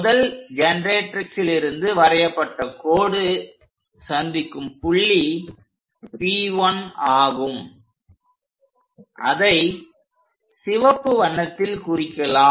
முதல் ஜெனெரேட்ரிக்ஸ்லிருந்து வரையப்பட்ட கோடு சந்திக்கும் புள்ளி P1 ஆகும்அதை சிவப்பு வண்ணத்தில் குறிக்கலாம்